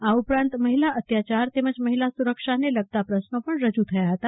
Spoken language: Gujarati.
આ ઉપરાંત મહિલા અત્યાચાર તેમજ મહિલા સુરક્ષાને લગતા પ્રશ્નો પણ રજૂ થયા હતા